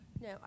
No